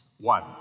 One